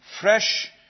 fresh